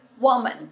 woman